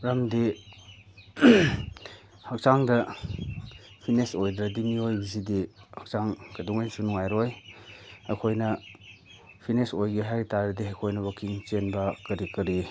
ꯃꯔꯝꯗꯤ ꯍꯛꯆꯥꯡꯗ ꯐꯤꯠꯅꯦꯁ ꯑꯣꯏꯗ꯭ꯔꯗꯤ ꯃꯤꯑꯣꯏꯕꯁꯤꯗꯤ ꯍꯛꯆꯥꯡ ꯀꯩꯗꯧꯉꯩꯗꯁꯨ ꯅꯨꯡꯉꯥꯏꯔꯣꯏ ꯑꯩꯈꯣꯏꯅ ꯐꯤꯠꯅꯦꯁ ꯑꯣꯏꯒꯦ ꯍꯥꯏ ꯇꯥꯔꯗꯤ ꯑꯩꯈꯣꯏꯅ ꯋꯥꯛꯀꯤꯡ ꯆꯦꯟꯕ ꯀꯔꯤ ꯀꯔꯤ